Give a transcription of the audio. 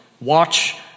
watch